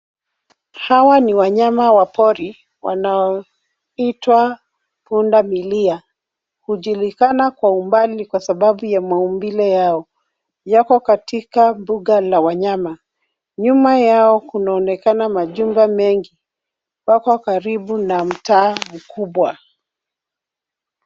Hawa ni wanyama wa pori, wanaoitwa punda milia. Hujulikana kwa umbali kwa sababu ya maumbile yao. Yako katika mbuga la wanyama. Nyuma yao kunaonekana majumba mengi. Wako karibu na mtaa mkubwa.